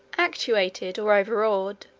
actuated, or overawed,